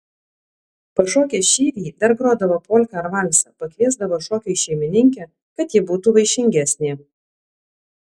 pašokę šyvį dar grodavo polką ar valsą pakviesdavo šokiui šeimininkę kad ji būtų vaišingesnė